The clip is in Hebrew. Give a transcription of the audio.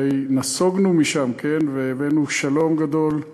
הרי נסוגונו משם והבאנו שלום גדול,